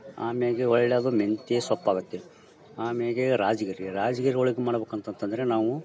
ಆಮೇಗೆ ಒಳ್ಳೇಯದು ಮೆಂತ್ಯೆ ಸೊಪ್ಪು ಆಗತ್ತೆ ಆಮೇಗೆ ರಾಜ್ಗಿರಿ ರಾಜ್ಗಿರಿ ಒಳಗೆ ಮಾಡ್ಬಕಂತ ಅಂತಂದರೆ ನಾವು